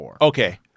Okay